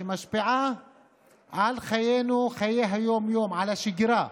משפיעה על חיינו, חיי היום-יום, על השגרה,